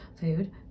food